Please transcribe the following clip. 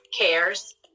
CARES